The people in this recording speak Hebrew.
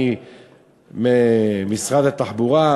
משרד התחבורה,